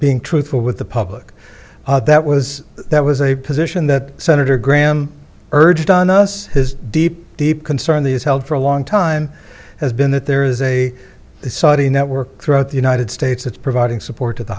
being truthful with the public that was that was a position that senator graham urged on us his deep deep concern these held for a long time has been that there is a saudi network throughout the united states that's providing support t